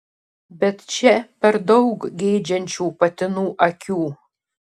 bet čia per daug geidžiančių patinų akių